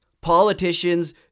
politicians